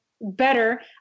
better